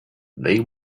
they